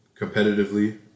competitively